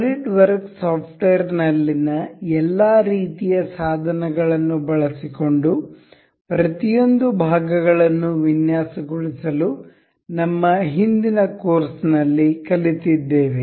SolidWorks ಸಾಫ್ಟ್ವೇರ್ನಲ್ಲಿನ ಎಲ್ಲಾ ರೀತಿಯ ಸಾಧನಗಳನ್ನು ಬಳಸಿಕೊಂಡುಪ್ರತಿಯೊಂದು ಭಾಗಗಳನ್ನು ವಿನ್ಯಾಸಗೊಳಿಸಲು ನಮ್ಮ ಹಿಂದಿನ ಕೋರ್ಸ್ನಲ್ಲಿ ಕಲಿತಿದ್ದೇವೆ